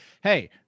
hey